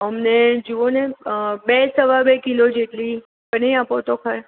અમને જોવોને બે સવા બે કિલો જેટલી બની આપોતો